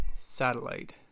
satellite